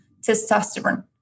testosterone